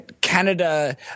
Canada